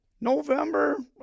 November